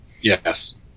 yes